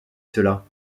cela